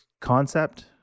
concept